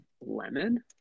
lemon